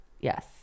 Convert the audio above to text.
Yes